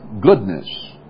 goodness